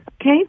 Okay